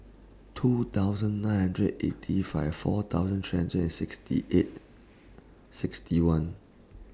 two thousand nine hundred eighty five four thousand three hundred and sixty eight sixty one